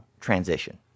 transition